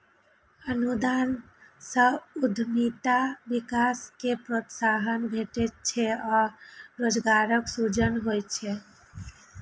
अनुदान सं उद्यमिता विकास कें प्रोत्साहन भेटै छै आ रोजगारक सृजन होइ छै